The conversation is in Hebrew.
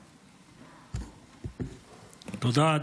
תודה.